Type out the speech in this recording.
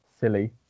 silly